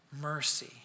mercy